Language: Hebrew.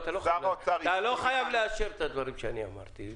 -- שר האוצר הסכים איתנו --- אתה לא חייב לאשר את הדברים שאני אמרתי.